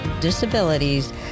disabilities